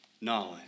knowledge